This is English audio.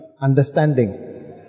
Understanding